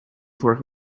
vorige